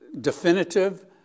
definitive